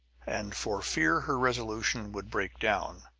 and for fear her resolution would break down,